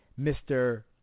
Mr